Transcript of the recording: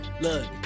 look